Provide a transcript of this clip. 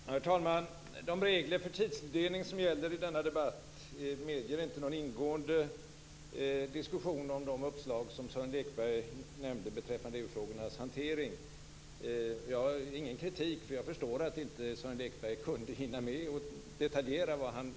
Herr talman! De regler som gäller för tidstilldelning i denna debatt medger inte någon ingående diskussion om de uppslag som Sören Lekberg nämnde beträffande EU-frågornas hantering. Det är ingen kritik, för jag förstår att Sören Lekberg inte hann med att gå in i detalj.